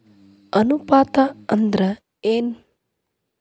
ಅನುಪಾತ ಅಂದ್ರ ಏನ್?